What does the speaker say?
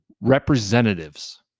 representatives